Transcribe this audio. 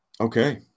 Okay